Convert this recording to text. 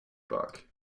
book